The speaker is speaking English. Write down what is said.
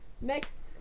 next